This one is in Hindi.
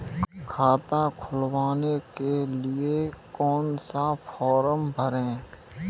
खाता खुलवाने के लिए कौन सा फॉर्म भरें?